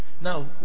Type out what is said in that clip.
Now